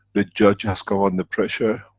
the judge has come under pressure,